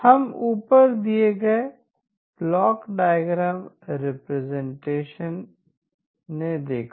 हम ऊपर दिए गए ब्लॉक डायग्राम रिप्रेजेंटेशन देखा